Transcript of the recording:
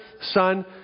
Son